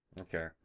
Okay